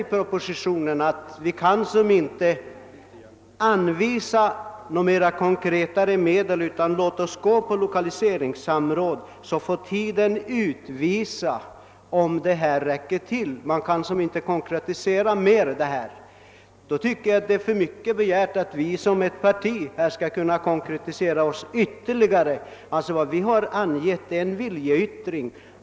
I propositionen framhålles att något mer konkret medel inte kan anvisas utan att vi får pröva samrådssystemet; sedan får tiden utvisa om det räcker. Då är det för mycket begärt att vi som parti skall kunna konkretisera mer. Vad vi har angivit är en viljeyttring.